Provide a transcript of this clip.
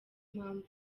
mpamvu